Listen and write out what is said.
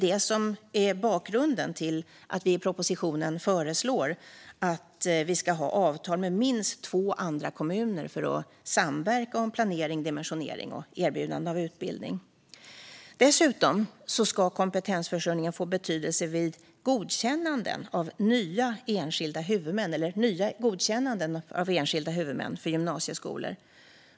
Detta är bakgrunden till att vi i propositionen föreslår att man ska ha avtal med minst två andra kommuner för att samverka om planering, dimensionering och erbjudande av utbildning. Dessutom ska kompetensförsörjningen få betydelse vid nya godkännanden av enskilda huvudmän för gymnasieskolor.